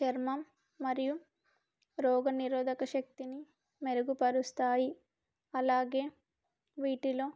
చర్మం మరియు రోగనిరోధక శక్తిని మెరుగుపరుస్తాయి అలాగే వీటిలో